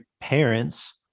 parents